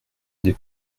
des